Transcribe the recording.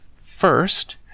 first